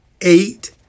Eight